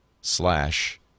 slash